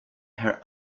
her